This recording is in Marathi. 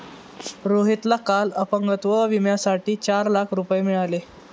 रोहितला काल अपंगत्व विम्यासाठी चार लाख रुपये मिळाले